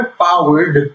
powered